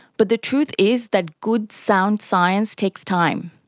but the truth is that good sound science takes time,